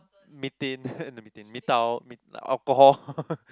methane eh no methyl alcohol